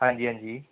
ਹਾਂਜੀ ਹਾਂਜੀ